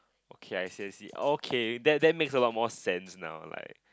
okay I see I see okay that that makes a lot more sense now like